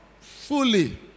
fully